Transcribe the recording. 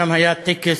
שם היה טקס